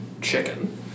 chicken